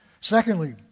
Secondly